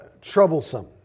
troublesome